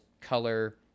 color